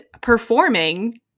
performing